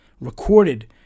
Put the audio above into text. recorded